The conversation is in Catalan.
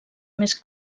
més